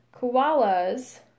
koalas